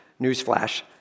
Newsflash